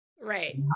right